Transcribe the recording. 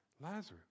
Lazarus